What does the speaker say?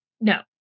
No